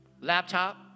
laptop